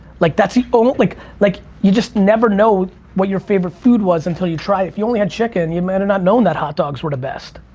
like that's the only, like like you just never know what you're favorite food was until you tried it. if you only had chicken and you might have and not known that hot dogs were the best.